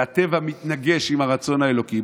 והטבע מתנגש עם הרצון האלוקי,